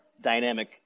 dynamic